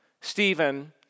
Stephen